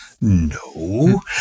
No